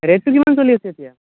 ৰে'টটো কিমান চলি আছে এতিয়া